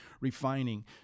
refining